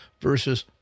versus